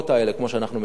כמו שאנחנו מכירים אותן.